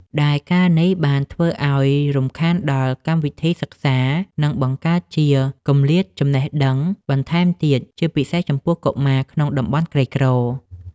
ដែលការណ៍នេះបានធ្វើឱ្យរំខានដល់កម្មវិធីសិក្សា និងបង្កើតជាគម្លាតចំណេះដឹងបន្ថែមទៀត ជាពិសេសចំពោះកុមារក្នុងតំបន់ក្រីក្រ។